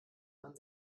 man